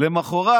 למוחרת,